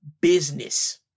business